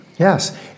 Yes